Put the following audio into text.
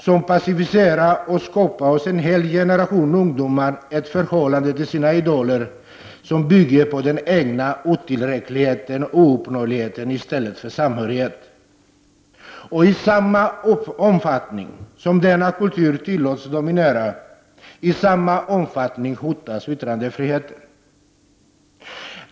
Den passiviserar, och för en hel generation ungdomar skapar den ett förhållande till deras idoler som bygger på ouppnåeligheten och den egna otillräckligheten i stället för på samhörighet. I samma omfattning som denna kultur tillåts dominera hotas yttrandefriheten.